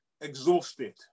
exhausted